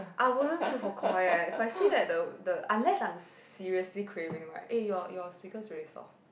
I wouldn't queue for Koi eh if I see that the the unless I'm seriously craving right eh your your speakers really soft